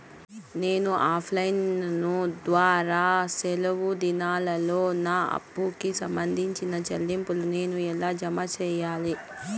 నేను offline ద్వారా సెలవు దినాల్లో నా అప్పుకి సంబంధించిన చెల్లింపులు నేను ఎలా జామ సెయ్యాలి?